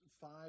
five